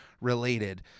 related